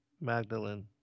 Magdalene